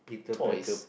toys